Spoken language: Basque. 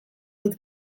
dut